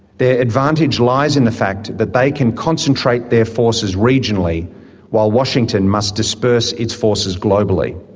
their advantage lies in the fact that they can concentrate their forces regionally while washington must disperse its forces globally.